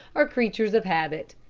are creatures of habit.